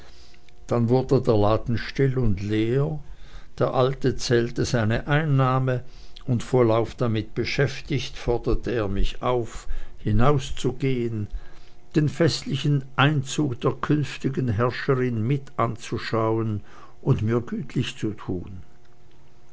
dann wurde der laden still und leer der alte zählte seine einnahme und vollauf damit beschäftigt forderte er mich auf hinauszugehen den festlichen einzug der künftigen herrscherin mit anzuschauen und mir gütlich zu tun